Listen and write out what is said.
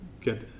get